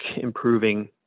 improving